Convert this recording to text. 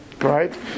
Right